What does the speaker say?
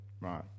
Right